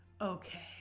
Okay